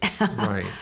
Right